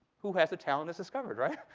who has the talent is discovered, right?